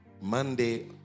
Monday